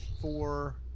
four